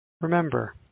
Remember